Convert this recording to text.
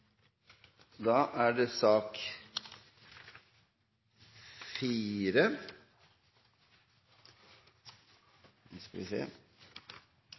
da på: Er det